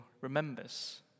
remembers